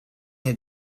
had